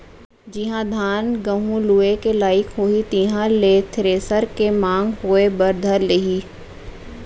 जिहॉं धान, गहूँ लुए के लाइक होही तिहां ले थेरेसर के मांग होय बर धर लेही